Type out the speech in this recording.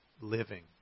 living